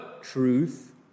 truth